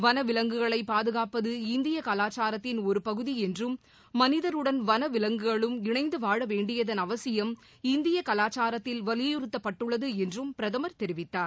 வனவிலங்குகளைபாதுகாப்பது இந்தியகலாச்சாரத்தின் மனிதருடன் வனவிலங்குகளும் இணைந்துவாழவேண்டியதன் அவசியம் இந்தியகலாச்சாரத்தில் வலியுறுத்தப்பட்டுள்ளதுஎன்றும் பிரதமர் தெரிவித்தார்